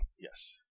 Yes